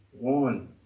One